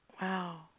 Wow